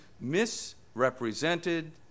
misrepresented